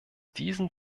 diesen